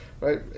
right